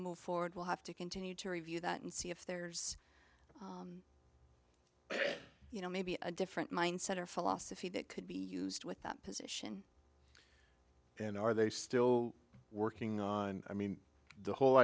move forward we'll have to continue to review that and see if there's you know maybe a different mindset or philosophy that could be used with that position and are they still working i mean the whole